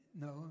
no